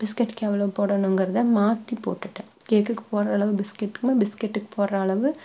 பிஸ்கெட்டுக்கு எவ்வளோ போடணுங்கிறத மாற்றி போட்டுவிட்டேன் கேக்குக்கு போடுற அளவு பிஸ்கெட்டுக்கும் பிஸ்கெட்டுக்கு போடுற அளவு